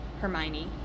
Hermione